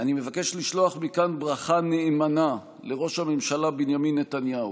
אני מבקש לשלוח מכאן ברכה נאמנה לראש הממשלה בנימין נתניהו.